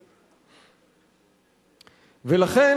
ולכן,